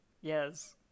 Yes